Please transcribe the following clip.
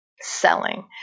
selling